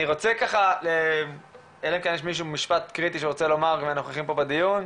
יש פה מישהו עם משפט קריטי שהוא רוצה לומר מבין הנוכחים פה בדיון?